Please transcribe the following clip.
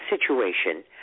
situation